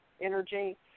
energy